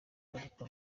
ariko